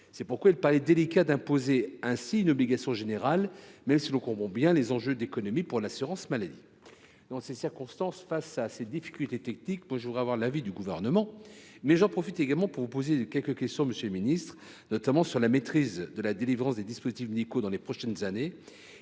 C’est pourquoi il paraît délicat d’imposer ainsi une obligation générale, même si l’on comprend bien les enjeux d’économie pour l’assurance maladie. Dans ces circonstances, face à ces difficultés techniques, je voudrais connaître l’avis du Gouvernement. J’en profite pour vous poser une question, monsieur le ministre, sur la maîtrise de la délivrance des dispositifs médicaux dans les prochaines années.